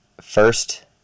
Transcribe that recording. First